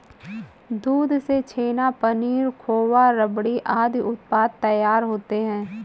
दूध से छेना, पनीर, खोआ, रबड़ी आदि उत्पाद तैयार होते हैं